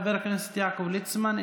חבר הכנסת יעקב ליצמן,